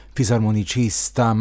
fisarmonicista